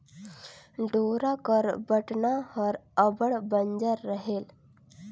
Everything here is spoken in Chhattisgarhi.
डोरा कर बटना हर अब्बड़ बंजर रहेल